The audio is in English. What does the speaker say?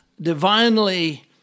Divinely